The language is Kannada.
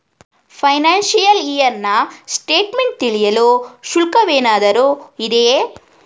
ಫೈನಾಶಿಯಲ್ ಇಯರ್ ನ ಸ್ಟೇಟ್ಮೆಂಟ್ ತಿಳಿಯಲು ಶುಲ್ಕವೇನಾದರೂ ಇದೆಯೇ?